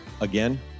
Again